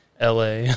LA